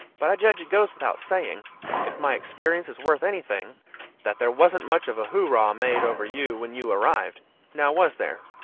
but i judge it goes without saying if my experience is worth anything that there wasn't much of a hooraw made over you when you arrived now was there?